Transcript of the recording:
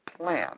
plan